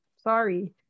sorry